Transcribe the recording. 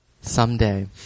Someday